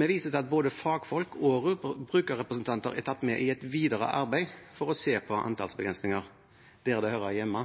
viser til at både fagfolk og brukerrepresentanter er tatt med i et videre arbeid for å se på antallsbegrensninger der det hører hjemme.